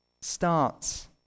starts